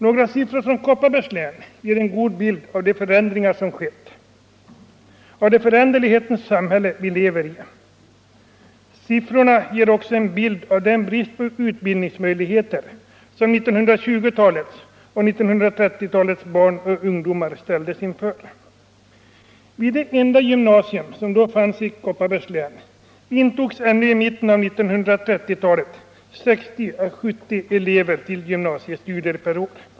Några siffror från Kopparbergs län ger en god bild av de förändringar som skett, av det föränderlighetens samhälle vi lever i. Siffrorna ger också en bild av den brist på utbildningsmöjligheter som 1920-talets och 1930-talets barn och ungdomar ställdes inför. Vid det enda gymnasium som då fanns i Kopparbergs län intogs ännu i mitten av 1930-talet 60 å 70 barn till gymnasiestudier per år.